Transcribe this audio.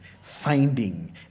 finding